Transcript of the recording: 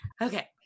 Okay